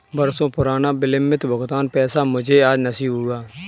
बरसों पुराना विलंबित भुगतान का पैसा मुझे आज नसीब हुआ है